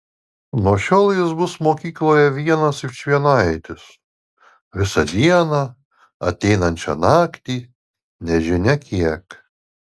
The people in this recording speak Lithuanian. nuo šiol jis bus mokykloje vienas vičvienaitis visą dieną ateinančią naktį nežinia kiek